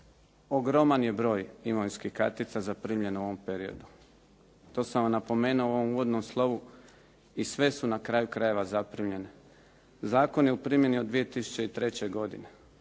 Ogroman je broj imovinskih kartica zaprimljen u ovom periodu. To sam vam napomenuo u ovom uvodnom slovu i sve su na kraju krajeva zaprimljene. Zakon je u primjeni od 2003. godine.